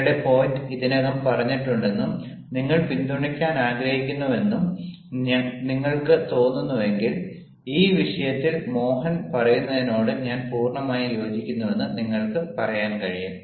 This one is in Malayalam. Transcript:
നിങ്ങളുടെ പോയിന്റ് ഇതിനകം പറഞ്ഞിട്ടുണ്ടെന്നും നിങ്ങൾ പിന്തുണയ്ക്കാൻ ആഗ്രഹിക്കുന്നുവെന്നും നിങ്ങൾക്ക് തോന്നുന്നുവെങ്കിൽ ഈ വിഷയത്തിൽ മോഹൻ പറയുന്നതിനോട് ഞാൻ പൂർണമായും യോജിക്കുന്നുവെന്ന് നിങ്ങൾക്ക് പറയാൻ കഴിയും